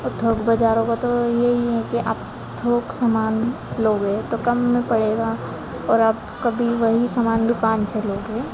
और थोक बाजारों का तो यही है कि आप थोक सामान लोगे तो कम में पड़ेगा और आप कभी वही सामान दुकान से लोगे